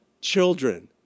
children